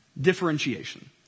Differentiation